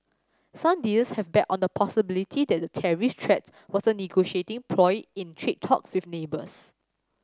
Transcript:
some dealers have bet on the possibility that the tariff threat was a negotiating ploy in trade talks with neighbours